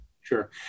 Sure